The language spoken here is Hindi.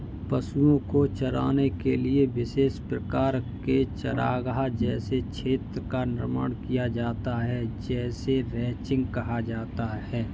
पशुओं को चराने के लिए विशेष प्रकार के चारागाह जैसे क्षेत्र का निर्माण किया जाता है जिसे रैंचिंग कहा जाता है